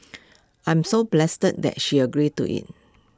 I'm so blessed that that she agreed to IT